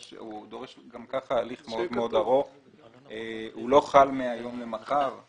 הוא דורש גם כך הליך מאוד מאוד ארוך והוא לא חל מהיום למחר.